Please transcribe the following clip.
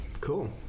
Cool